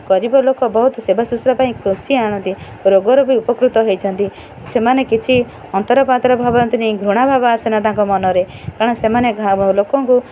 ଗରିବ ଲୋକ ବହୁତ ସେବା ଶୁଶ୍ରୂଷା ପାଇଁ କୃଷି ଆଣନ୍ତି ରୋଗରୁ ବି ଉପକୃତ ହୋଇଛନ୍ତି ସେମାନେ କିଛି ଅନ୍ତରପାତର ଭାବନ୍ତିନି ଘୃଣା ଭାବ ଆସେନା ତାଙ୍କ ମନରେ କାରଣ ସେମାନେ ଲୋକଙ୍କୁ